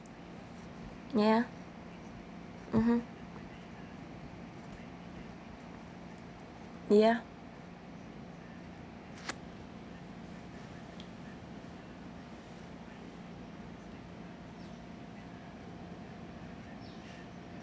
ya mmhmm ya